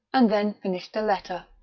and then finished the letter.